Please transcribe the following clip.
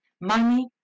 Money